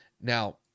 now